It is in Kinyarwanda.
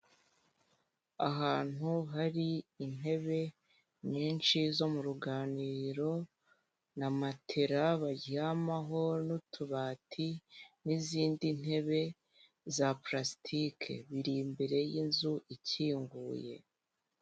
Ahantu hari intebe nyinshi zo mu ruganiriro na matela baryamaho n'utubati n'izindi ntebe za purastike, biri imbere y'inzu ikinguye.